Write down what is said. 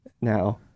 Now